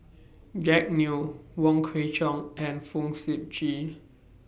Jack Neo Wong Kwei Cheong and Fong Sip Chee